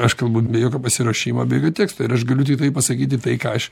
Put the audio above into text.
aš kalbu be jokio pasiruošimo be jokio teksto ir aš galiu tiktai pasakyti tai ką aš